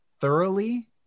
thoroughly